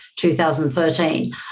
2013